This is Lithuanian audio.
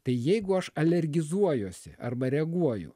tai jeigu aš alergizuojuosi arba reaguoju